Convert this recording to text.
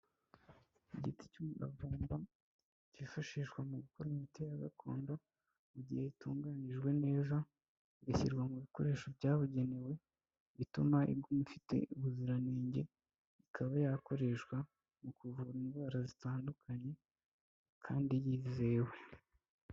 Igiti cy'umuravumba cyifashishwa mu gukora imiti ya gakondo, mu gihe itunganijwe neza ishyirwa mu bikoresho byabugenewe, bituma iguma ifite ubuziranenge, ikaba yakoreshwa mu kuvura indwara zitandukanye kandi yizewe.